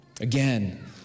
Again